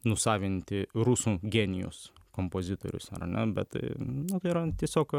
nusavinti rusų genijus kompozitorius ar ne bet na tai yra tiesiog